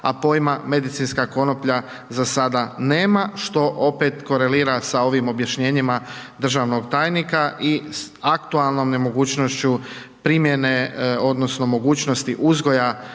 a pojma medicinska konoplja za sada nema, što opet korelira sa ovim objašnjenjima državnog tajnika i aktualnom nemogućnošću primjene odnosno mogućnosti uzgoja